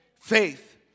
faith